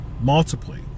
multiply